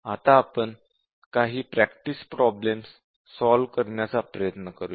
आता आपण काही प्रॅक्टिस प्रॉब्लेम्स सॉल्व्ह करण्याचा प्रयत्न करूया